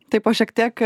tai po šiek tiek